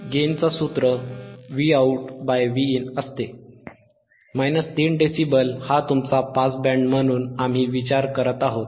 Gain Vout Vin 3 dB हा तुमचा pass band म्हणून आम्ही विचार करत आहोत